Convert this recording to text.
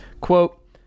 quote